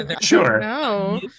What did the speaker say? Sure